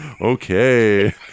Okay